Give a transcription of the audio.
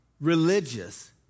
religious